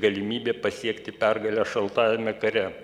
galimybė pasiekti pergalę šaltajame kare